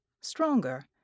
stronger